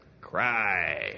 cry